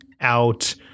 out